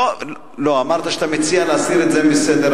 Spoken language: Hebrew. לא, אתה אמרת שאתה מציע להסיר את זה מסדר-היום.